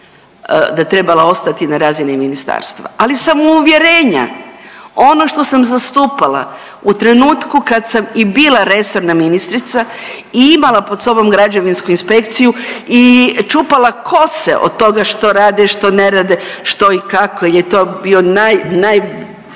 da trebala ostati na razini ministarstva, ali sam uvjerenja, ono što sam zastupala u trenutku kad sam i bila resorna ministrica i imala pod sobom građevinsku inspekciju i čupala kose od toga što rade, što ne rade, što i kako je to bio, naj,